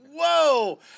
whoa